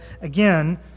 again